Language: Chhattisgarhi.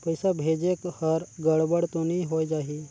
पइसा भेजेक हर गड़बड़ तो नि होए जाही?